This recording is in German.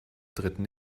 dritten